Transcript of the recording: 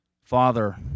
Father